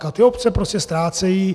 A ty obce prostě ztrácejí.